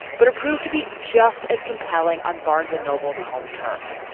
but it proved to be just as compelling on barnes noble's home turf,